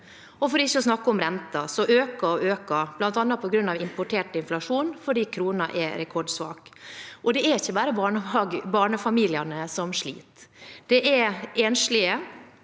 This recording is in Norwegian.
for ikke å snakke om renten, som øker og øker, bl.a. på grunn av importert inflasjon fordi kronen er rekordsvak. Det er ikke bare barnefamiliene som sliter. Det er enslige,